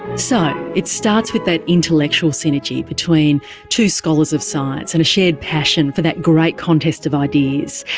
so, it starts with that intellectual synergy between two scholars of science and a shared passion for that great contest of ideas.